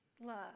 love